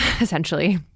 essentially